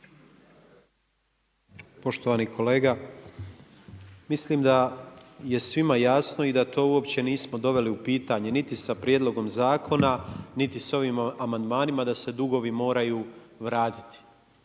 Poštovani kolega. Mislim da je svima jasno i da to uopće nismo doveli u pitanje niti sa prijedlogom zakona, niti s ovim amandmanima da se dugovi moraju vratiti.